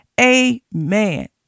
Amen